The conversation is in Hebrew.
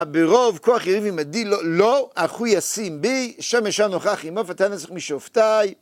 ברוב, כוח יריבי מדי, לא, אחוי, אסים בי, שמשה נוכח עם עוף, אתה נסיך משופטיי.